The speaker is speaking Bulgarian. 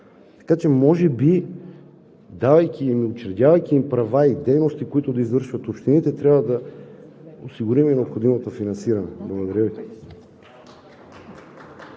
Така че, учредявайки им права и дейности, които да извършват общините, трябва да осигурим и необходимото финансиране. Благодаря Ви.